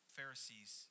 Pharisees